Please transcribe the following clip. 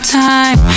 time